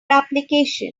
application